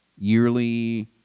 yearly